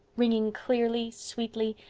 ringing clearly, sweetly,